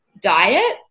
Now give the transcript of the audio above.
diet